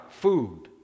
food